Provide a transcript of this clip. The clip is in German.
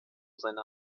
seine